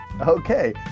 Okay